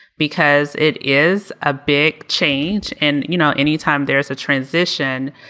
because it is a big change. and, you know, any time there's a transition,